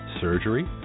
surgery